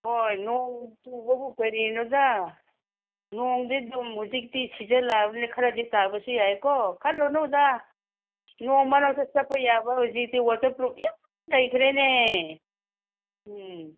ꯍꯣꯏ ꯅꯣꯡ ꯆꯨꯕꯕꯨ ꯀꯔꯤꯅꯣꯗ ꯅꯣꯡꯗꯤ ꯑꯗꯨꯝ ꯍꯧꯖꯤꯛꯇꯤ ꯁꯤꯖꯟ ꯂꯥꯛꯑꯕꯅꯤꯅ ꯈꯔꯗꯤ ꯇꯥꯕꯁꯨ ꯌꯥꯏꯌꯦꯀꯣ ꯈꯜꯂꯨꯅꯨꯗ ꯅꯣꯡ ꯃꯔꯛꯇ ꯆꯠꯄ ꯌꯥꯕ ꯍꯧꯖꯤꯛꯇꯤ ꯋꯥꯇꯔ ꯄ꯭ꯔꯨꯕ ꯌꯥꯝ ꯂꯩꯈ꯭ꯔꯦꯅꯦ ꯎꯝ